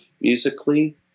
musically